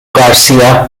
garcia